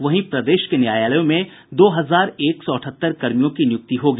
वहीं प्रदेश के न्यायालयों में दो हजार एक सौ अठहत्तर कर्मियों की नियुक्ति होगी